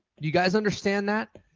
you guys understand that?